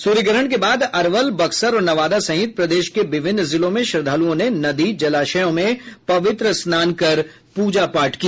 सूर्यग्रहण के बाद अरवल बक्सर और नवादा सहित प्रदेश के विभिन्न जिलों में श्रद्धालुओं ने नदी जलाशयों में पवित्र स्नान कर पूजा पाठ किया